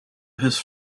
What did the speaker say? his